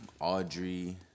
Audrey